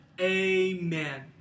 Amen